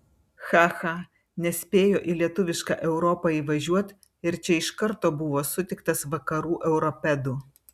cha cha nespėjo į lietuvišką europą įvažiuot ir čia iš karto buvo sutiktas vakarų europedų